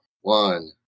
One